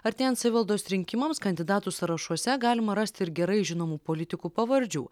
artėjant savivaldos rinkimams kandidatų sąrašuose galima rasti ir gerai žinomų politikų pavardžių